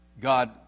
God